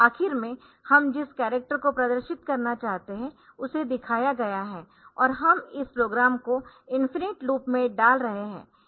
आखिर में हम जिस कॅरक्टर को प्रदर्शित करना चाहते है उसे दिखाया गया है और हम इस प्रोग्राम को इनफिनिट लूप में डाल रहे है